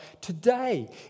today